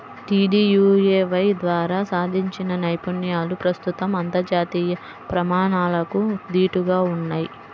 DDUAY ద్వారా సాధించిన నైపుణ్యాలు ప్రస్తుతం అంతర్జాతీయ ప్రమాణాలకు దీటుగా ఉన్నయ్